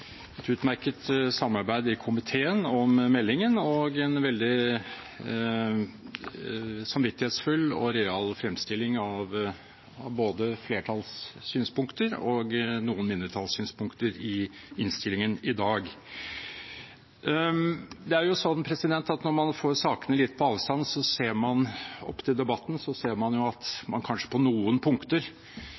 et utmerket samarbeid i komiteen om meldingen og en veldig samvittighetsfull og real fremstilling av både flertallssynspunkter og noen mindretallssynspunkter i innstillingen i dag. Det er jo slik at man, når man får sakene litt på avstand, opp mot debatten, ser at man kanskje på noen punkter